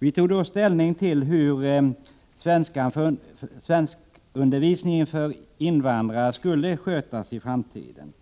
Vi tog då ställning till hur undervisning i svenska för invandrare skulle bedrivas i framtiden.